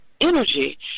energy